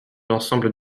l’ensemble